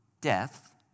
death